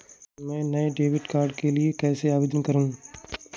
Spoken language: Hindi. मैं नए डेबिट कार्ड के लिए कैसे आवेदन करूं?